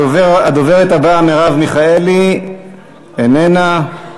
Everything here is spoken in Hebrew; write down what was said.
הדוברת הבאה, מרב מיכאלי, איננה.